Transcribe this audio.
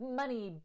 money